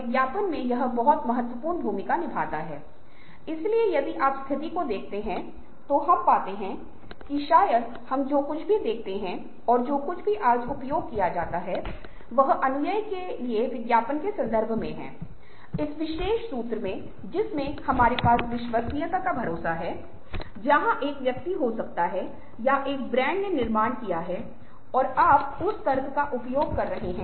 क्योंकि आध्यात्मिकता ऐसा मुद्दा है जो अहिंसा के साथ जाता है भारतीय संदर्भ में यह अहिंसा सत्यनिष्ठा निश्कर्म कर्म शांति के साथ जाता है जिसे हम प्रार्थना के बाद जपते हैं